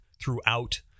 throughout